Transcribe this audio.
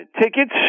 tickets